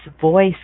voice